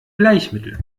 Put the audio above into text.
bleichmittel